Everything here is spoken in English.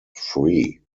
free